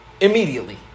immediately